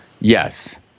yes